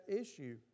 issue